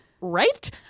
Right